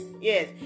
yes